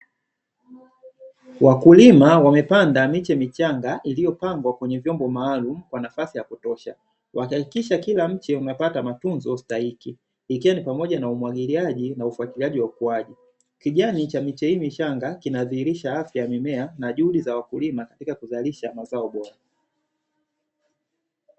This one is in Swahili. Wakulima wamepanda miche michanga iliyopandwa kwenye vyombo maalumu kwa nafasi ya kutosha, wakihakikisha kila mche umepata matunzo stahiki ikiwa ni pamoja na umwagiliaji na ufuatiliaji wa ukuaji kijani cha miche hii michanga, kinadhihirisha afya ya mimea na juhudi za wakulima katika kuzalisha mazao bora.